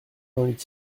vingt